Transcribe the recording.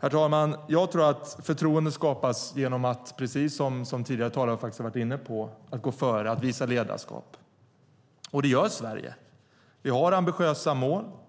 Herr talman! Jag tror att förtroende skapas genom att man går före och visar ledarskap, precis som tidigare talare har varit inne på. Det gör Sverige. Vi har ambitiösa mål.